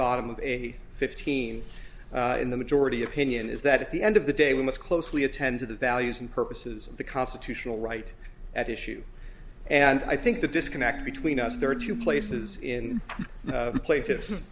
bottom of a fifteen in the majority opinion is that at the end of the day we must closely attend to the values and purposes of the constitutional right at issue and i think the disconnect between us there are two places in the pla